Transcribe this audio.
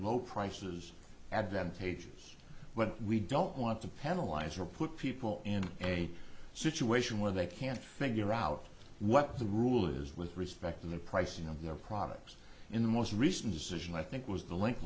low prices advantages but we don't want to penalize or put people in a situation where they can't figure out what the rule is with respect to the pricing of their products in the most recent decision i think was the l